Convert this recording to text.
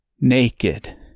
naked